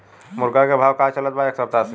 मुर्गा के भाव का चलत बा एक सप्ताह से?